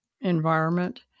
environment